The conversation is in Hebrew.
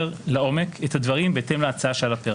לעומק את הדברים בהתאם להצעה שעל הפרק.